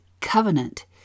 covenant